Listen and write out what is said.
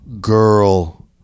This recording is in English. girl